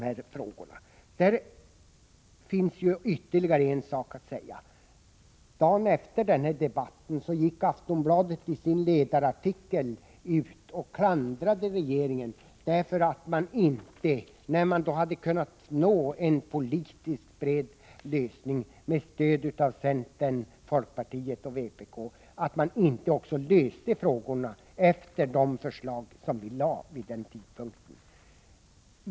Här finns ytterligare en sak att säga. Dagen efter den nämnda debatten klandrade Aftonbladet i sin ledarartikel regeringen för att inte ha löst frågorna i enlighet med de förslag vi hade lagt fram vid den tidpunkten, när regeringen nu hade kunnat nå en politiskt bred lösning med stöd av centern, folkpartiet och vpk.